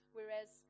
Whereas